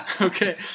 Okay